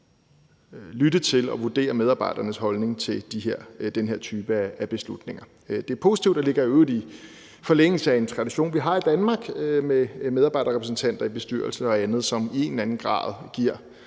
lytte til og vurdere medarbejdernes holdning til den her type af beslutninger. Det er positivt og ligger i øvrigt i forlængelse af en tradition, vi har i Danmark, med medarbejderrepræsentanter i bestyrelsen og andet, som i en eller anden grad giver